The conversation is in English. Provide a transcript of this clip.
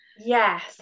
yes